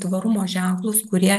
tvarumo ženklus kurie